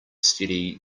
steady